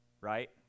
right